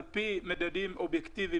על פי מדדים אובייקטיבים,